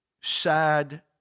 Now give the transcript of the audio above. sad